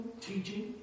teaching